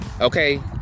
okay